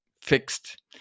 fixed